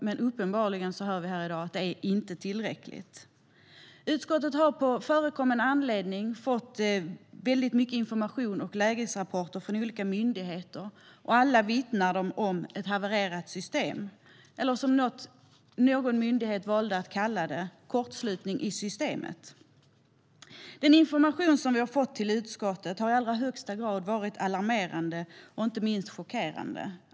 Men vi hör här i dag att det uppenbarligen inte är tillräckligt. Utskottet har på förekommen anledning fått mycket information och många lägesrapporter från olika myndigheter, och alla vittnar om ett havererat system. Någon myndighet valde att kalla det kortslutning i systemet. Den information som vi har fått till utskottet har i allra högsta grad varit alarmerande och inte minst chockerande.